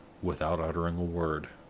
without uttering a word.